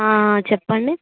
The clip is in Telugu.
చెప్పండి